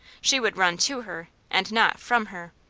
she would run to her, and not from her.